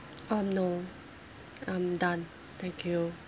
um no I'm done thank you